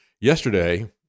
yesterday